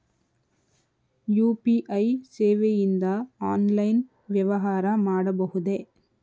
UPI ಸೇವೆಯಿಂದ online ವ್ಯವಹಾರ ಮಾಡಬಹುದೇ?